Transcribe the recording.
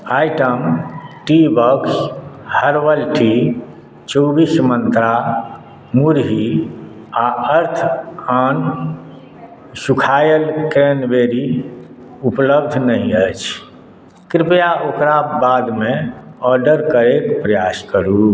item tea box herbal tea चौबीस मन्त्रा मुरही आ अर्थ ऑन सूखायल क्रैनबेरी उपलब्ध नहि अछि कृपया ओकरा बादमे ऑर्डर करैक प्रयास करू